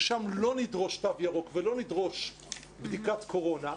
ששם לא נדרוש תו ירוק ולא נדרוש בדיקת קורונה,